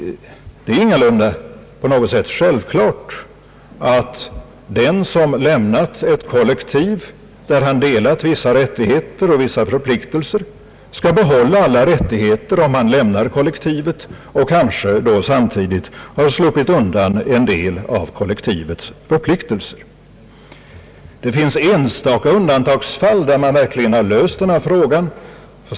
Det är ingalunda på något sätt självklart att den som lämnat ett kollektiv där han delat vissa rättigheter och vissa förpliktelser skall behålla alla rättigheter och samtidigt slippa ifrån en del av kollektivets förpliktelser. Det finns enstaka undantagsfall, där man verkligen har löst denna fråga.